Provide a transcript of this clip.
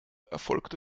erfolgte